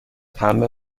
پنبه